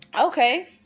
Okay